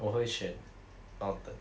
我会选 mountain